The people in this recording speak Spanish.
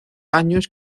años